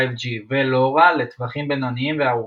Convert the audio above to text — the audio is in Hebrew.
5G ו-LoRa לטווחים בינוניים וארוכים.